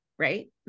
Right